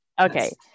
Okay